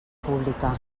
pública